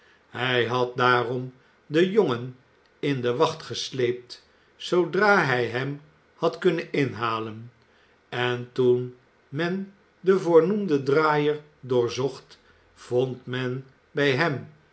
hij had daarom den jongen in de wacht gesleept zoodra hij hem had kunnen inhalen en toen men den voornoemden draaier doorzocht vond men bij hem